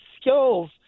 skills